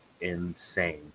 insane